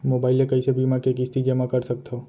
Mobile ले कइसे बीमा के किस्ती जेमा कर सकथव?